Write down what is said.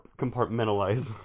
compartmentalize